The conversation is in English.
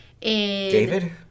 David